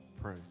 pray